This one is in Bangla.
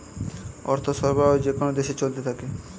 অর্থ সরবরাহ যেকোন দেশে চলতে থাকে